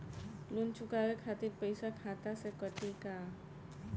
Loan चुकावे खातिर पईसा खाता से कटी का?